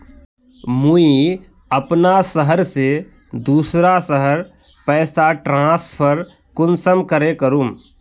मुई अपना शहर से दूसरा शहर पैसा ट्रांसफर कुंसम करे करूम?